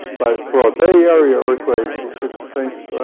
but, for a bay area earthquake, you should think,